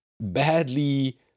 badly